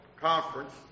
conference